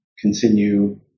continue